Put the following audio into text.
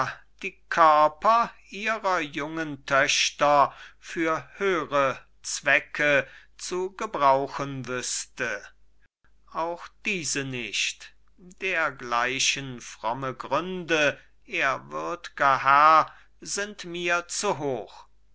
die körper ihrer jungen töchter für höhre zwecke zu gebrauchen wüßte auch diese nicht dergleichen fromme gründe ehrwürdger herr sind mir zu hoch